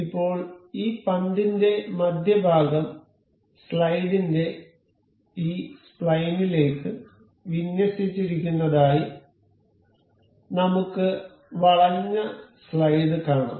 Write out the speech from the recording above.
ഇപ്പോൾ ഈ പന്തിന്റെ മധ്യഭാഗം സ്ലൈഡിന്റെ ഈ സ്പ്ലൈനിലേക്ക് വിന്യസിച്ചിരിക്കുന്നതായി നമുക്ക് വളഞ്ഞ സ്ലൈഡ് കാണാം